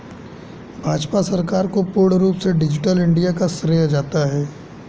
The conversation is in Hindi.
भाजपा सरकार को पूर्ण रूप से डिजिटल इन्डिया का श्रेय जाता है